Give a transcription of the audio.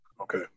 Okay